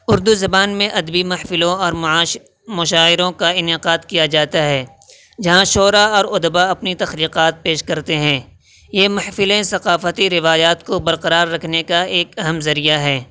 اردو زبان میں ادبی محفلوں اور مشاعروں کا انعقاد کیا جاتا ہے جہاں شعرا اور ادبا اپنی تخلیقات پیش کرتے ہیں یہ محفلیں ثقافتی روایات کو برقرار رکھنے کا ایک اہم ذریعہ ہیں